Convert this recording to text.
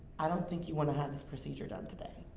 i don't think you want to have this procedure done today.